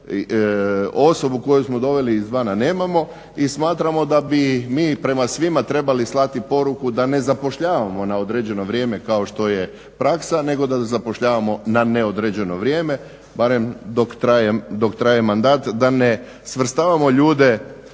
osobu koju smo doveli izvana nemamo. I smatramo da bi mi prema svima trebali slati poruku da ne zapošljavamo na određeno vrijeme kao što je praksa, nego da zapošljavamo na neodređeno vrijeme. Barem dok traje mandat, da ne svrstavamo ljude